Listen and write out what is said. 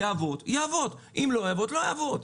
יעבוד יעבוד, אם לא יעבוד לא יעבוד.